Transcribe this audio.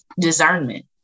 discernment